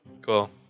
Cool